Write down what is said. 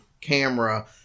Camera